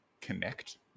connect